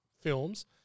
films